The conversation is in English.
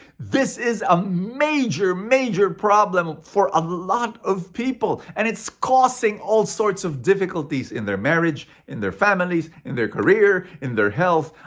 this is a major, major problem for a lot of people. and it's causing all sorts of difficulties in their marriage, in their family, in their career, in their health.